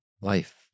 life